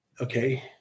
Okay